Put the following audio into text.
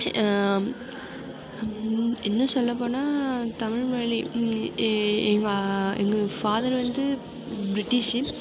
இன்னும் சொல்லப்போனா தமிழ்மொழி எங்கள் எங்கள் ஃபாதர் வந்து பிரிட்டிஷியன்